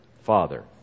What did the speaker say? father